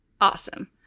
Awesome